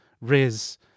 Riz